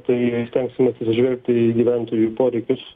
tai stengsimės atsižvelgti į gyventojų poreikius